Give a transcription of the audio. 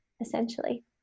essentially